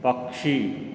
पक्षी